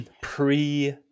pre-